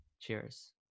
Cheers